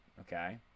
Okay